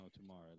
tomorrow